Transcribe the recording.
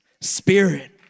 spirit